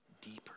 deeper